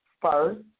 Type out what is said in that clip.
first